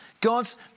God's